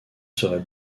serait